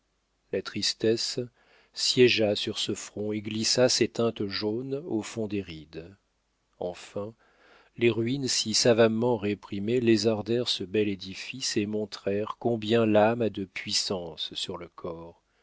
la tristesse siégea sur ce front et glissa ses teintes jaunes au fond des rides enfin les ruines si savamment réprimées lézardèrent ce bel édifice et montrèrent combien l'âme a de puissance sur le corps